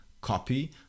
copy